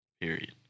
period